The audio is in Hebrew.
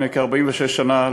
לפני כ-46 שנה,